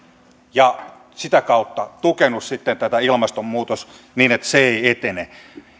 ja sitä kautta tukenut sitten sitä että ilmastonmuutos ei etene